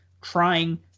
trying